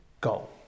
goal